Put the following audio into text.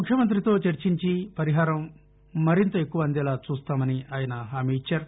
ముఖ్యమంతితో చర్చించి పరిహారం మరింత ఎక్కువ అందేలా చూస్తామని ఆయన హామీ ఇచ్చారు